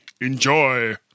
enjoy